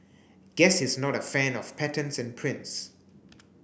guess he's not a fan of patterns and prints